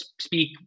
speak